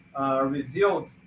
revealed